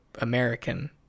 American